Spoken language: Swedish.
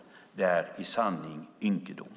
Det är i sanning en ynkedom.